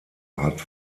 hat